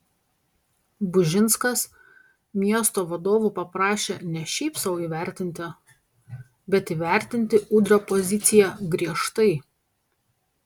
bužinskas miesto vadovų paprašė ne šiaip sau įvertinti bet įvertinti udrio poziciją griežtai